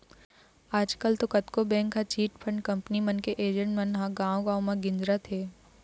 आजकल तो कतको बेंक अउ चिटफंड कंपनी मन के एजेंट मन ह गाँव गाँव म गिंजरत हें